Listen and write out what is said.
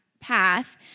path